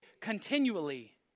continually